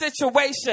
situation